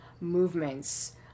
movements